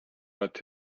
but